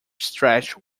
stretch